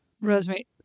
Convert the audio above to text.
Rosemary